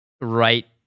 right